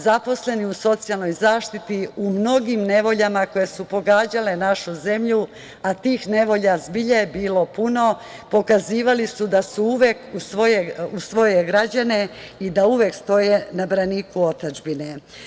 Zaposleni u socijalnoj zaštiti u mnogim nevoljama koje su pogađale našu zemlju, a tih nevolja zbilja je bilo puno, pokazivali da su uvek uz svoje građane i da uvek stoje na braniku otadžbine.